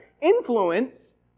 influence